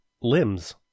limbs